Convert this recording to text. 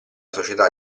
società